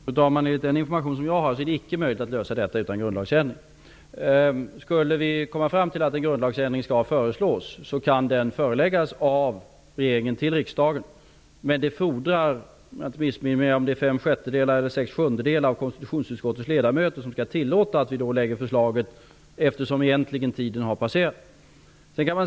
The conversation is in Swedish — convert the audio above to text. Fru talman! Enligt den information jag har är det inte möjligt att lösa detta utan grundlagsändring. Skulle vi komma fram till att en grundlagsändring skall föreslås, kan ett förslag föreläggas av regeringen till riksdagen. Det fordrar dock att fem sjättedelar av konstitutionsutskottets ledamöter tillåter att vi lägger fram förslaget, eftersom den egentliga tidpunkten har passerats.